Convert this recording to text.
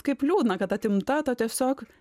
kaip liūdna kad atimta ta tiesiog